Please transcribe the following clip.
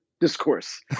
discourse